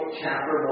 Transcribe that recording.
chapter